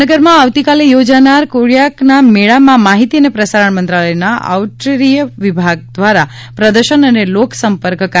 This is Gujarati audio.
ભાવનગરમાં આવતીકાલે યોજાનાર કોળીયાક મેળામાં માહીતી અને પ્રસારણ મંત્રાલયના આઉટરીય વિભાગ દ્વારા પ્રદર્શન અને લોકસંપર્ક કાર્યક્રમ યોજાશે